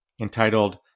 entitled